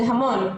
זה המון,